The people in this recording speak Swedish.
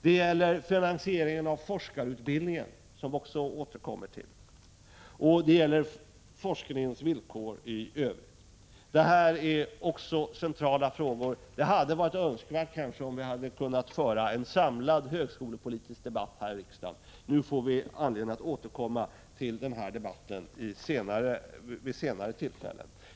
Det gäller också finansieringen av forskarutbildningen. Vi återkommer även till den frågan. Det gäller dessutom forskningens villkor i övrigt. Alla dessa frågor är också centrala. Det hade kanske varit önskvärt om vi kunnat föra en samlad högskolepolitisk debatt här i riksdagen. Nu får vi anledning att återkomma till den här debatten vid senare tillfällen.